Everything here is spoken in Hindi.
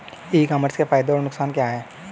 ई कॉमर्स के फायदे और नुकसान क्या हैं?